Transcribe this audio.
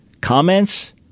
Comments